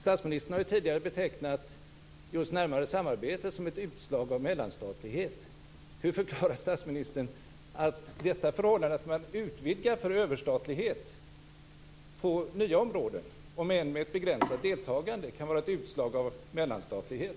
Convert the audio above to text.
Statsministern har ju tidigare betecknat just närmare samarbete som ett utslag av mellanstatlighet. Hur förklarar statsministern att det förhållandet att man utvidgar för överstatlighet på nya områden, om än med ett begränsat deltagande, kan vara ett utslag av mellanstatlighet?